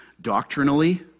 Doctrinally